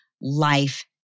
life